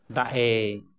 ᱫᱟᱜ ᱮ